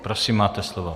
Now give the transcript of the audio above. Prosím máte slovo.